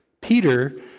Peter